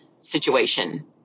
situation